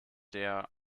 der